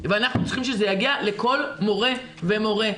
ואנחנו צריכים שזה יגיע לכל מורה ומורה.